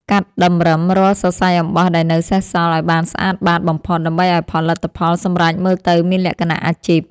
កាត់តម្រឹមរាល់សរសៃអំបោះដែលនៅសេសសល់ឱ្យបានស្អាតបាតបំផុត ដើម្បីឱ្យផលិតផលសម្រេចមើលទៅមានលក្ខណៈអាជីព។